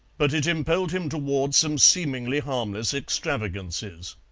but it impelled him towards some seemingly harmless extravagances.